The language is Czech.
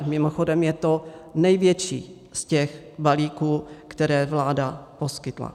Mimochodem je to největší z těch balíků, které vláda poskytla.